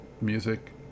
music